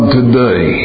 today